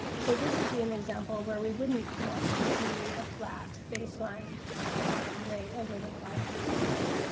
so this would be an example where we wouldn't want to see a flat baseline rate over the five years.